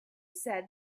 said